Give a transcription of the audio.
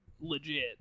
legit